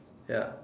ya